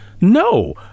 no